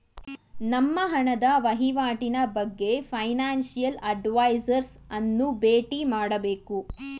ನಮ್ಮ ಹಣದ ವಹಿವಾಟಿನ ಬಗ್ಗೆ ಫೈನಾನ್ಸಿಯಲ್ ಅಡ್ವೈಸರ್ಸ್ ಅನ್ನು ಬೇಟಿ ಮಾಡಬೇಕು